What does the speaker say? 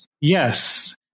Yes